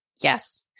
Yes